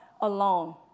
alone